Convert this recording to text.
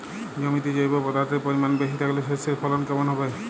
জমিতে জৈব পদার্থের পরিমাণ বেশি থাকলে শস্যর ফলন কেমন হবে?